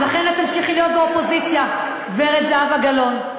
לכן את תמשיכי להיות באופוזיציה, גברת זהבה גלאון.